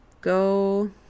go